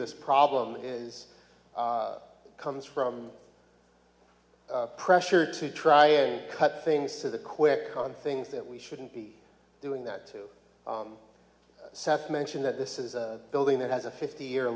this problem is comes from pressure to try and cut things to the quick on things that we shouldn't be doing that south mention that this is a building that has a fifty year